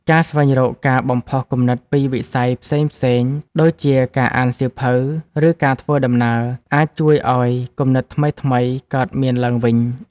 ការស្វែងរកការបំផុសគំនិតពីវិស័យផ្សេងៗ ដូចជាការអានសៀវភៅ ឬការធ្វើដំណើរ អាចជួយឱ្យគំនិតថ្មីៗកើតមានឡើងវិញ។